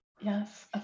Yes